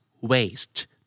waste